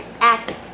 active